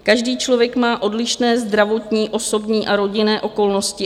Každý člověk má odlišné zdravotní, osobní a rodinné okolnosti.